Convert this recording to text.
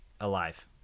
alive